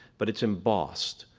but it's embossed,